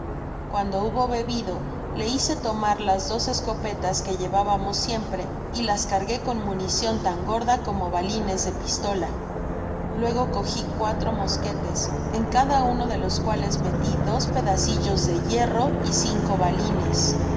cuando hubo bebido le hice tomar las dos escopetas qee llevábamos siempre y las cargué con municion tan gorda como balines de pistola luego cogi cuatro mosquetes en cada uno de los cuales meti dos pedaciltos de hierro y cine balines